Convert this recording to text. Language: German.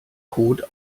code